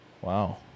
Wow